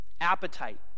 appetite